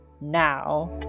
now